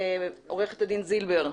עורכת הדין זילבר,